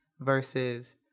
versus